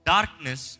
Darkness